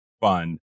fund